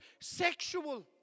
sexual